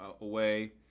away